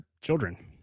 children